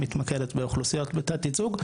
מתמקדת באוכלוסיות בתת ייצוג,